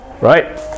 right